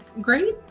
great